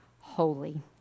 holy